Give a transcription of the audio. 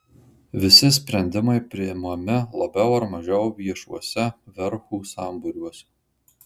visi sprendimai priimami labiau ar mažiau viešuose verchų sambūriuose